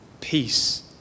peace